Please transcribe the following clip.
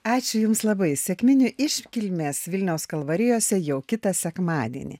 ačiū jums labai sekminių iškilmės vilniaus kalvarijose jau kitą sekmadienį